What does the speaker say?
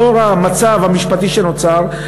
לאור המצב המשפטי שנוצר,